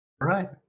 right